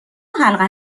حلقه